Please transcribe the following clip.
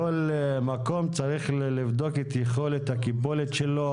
כל מקום צריך לבדוק את יכולת הקיבולת שלו